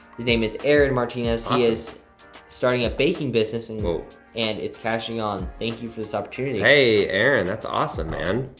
his name is aaron martinez. he is starting a baking business and and it's catching on. thank you for this opportunity. hey, aaron that's awesome, man.